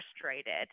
frustrated